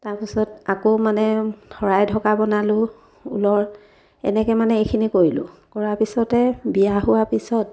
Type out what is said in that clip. তাৰপিছত আকৌ মানে শৰাই ঢকা বনালোঁ ঊলৰ এনেকৈ মানে এইখিনি কৰিলোঁ কৰা পিছতে বিয়া হোৱাৰ পিছত